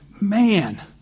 man